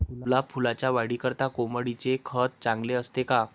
गुलाब फुलाच्या वाढीकरिता कोंबडीचे खत चांगले असते का?